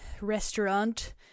restaurant